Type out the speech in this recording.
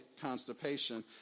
constipation